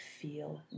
feel